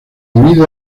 divide